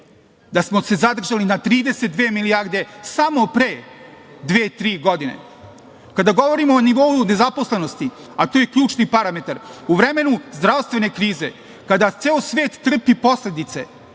da smo se zadržali na 32 milijarde samo pre dve, tri godine. Kada govorimo o nivou nezaposlenosti, a tu je ključni parametar, u vremenu zdravstvene krize kada ceo svet trpi posledice